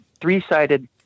three-sided